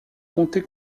comté